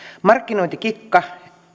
markkinointikikkaa